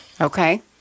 okay